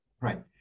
right